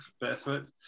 barefoot